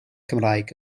cymraeg